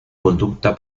conducta